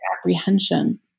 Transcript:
apprehension